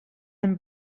and